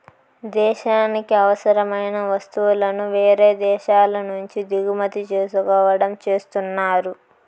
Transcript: దేశానికి అవసరమైన వస్తువులను వేరే దేశాల నుంచి దిగుమతి చేసుకోవడం చేస్తున్నారు